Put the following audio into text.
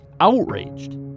outraged